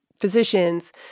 physicians